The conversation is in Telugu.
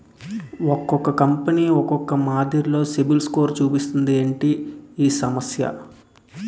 ఒక్కో కంపెనీ ఒక్కో మాదిరి సిబిల్ స్కోర్ చూపిస్తుంది ఏంటి ఈ సమస్య?